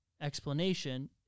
explanation